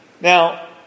Now